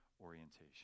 orientation